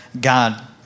God